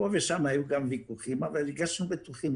פה ושם היו גם ויכוחים אל הרגשנו בטוחים.